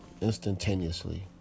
instantaneously